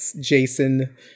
Jason